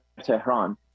Tehran